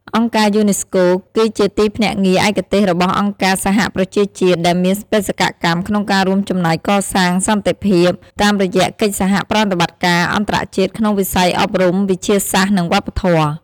អង្គការយូណេស្កូ គឺជាទីភ្នាក់ងារឯកទេសរបស់អង្គការសហប្រជាជាតិ ដែលមានបេសកកម្មក្នុងការរួមចំណែកកសាងសន្តិភាពតាមរយៈកិច្ចសហប្រតិបត្តិការអន្តរជាតិក្នុងវិស័យ អប់រំ វិទ្យាសាស្ត្រ និងវប្បធម៌។